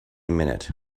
minute